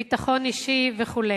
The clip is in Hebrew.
ביטחון אישי וכו'.